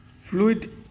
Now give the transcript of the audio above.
Fluid